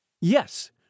Yes